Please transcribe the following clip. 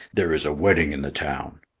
there is a wedding in the town,